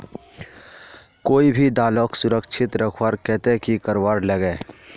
कोई भी दालोक सुरक्षित रखवार केते की करवार लगे?